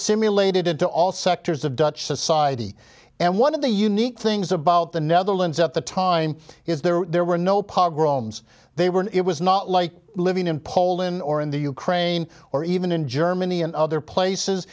simulated into all sectors of dutch society and one of the unique things about the netherlands at the time is there were no pog roams they were it was not like living in poland or in the ukraine or even in germany and other places